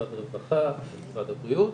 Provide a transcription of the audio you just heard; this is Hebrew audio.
משרד הרווחה ומשרד הבריאות.